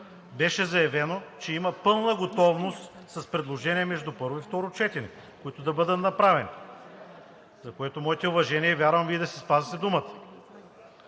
Беше заявено, че има пълна готовност с предложения между първо и второ четене, които да бъдат направени, за което имате моите уважения. Вярвам, че ще си спазите думата.